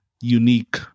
unique